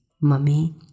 mummy